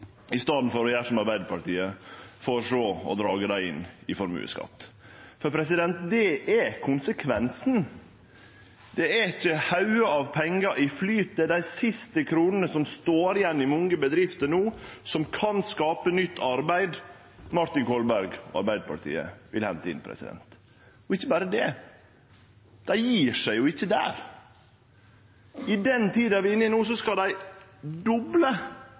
i staden for å gjere som Arbeidarpartiet føreslår – å dra dei inn i formuesskatt. Det er konsekvensen. Det er ikkje haugar av pengar i flyt. Det er dei siste kronene som er igjen i mange bedrifter no, og som kan skape nytt arbeid, Martin Kolberg og Arbeidarpartiet vil hente inn. Ikkje berre det, for dei gjev seg ikkje der: I den tida vi er inne i no, skal dei doble